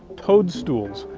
toadstools,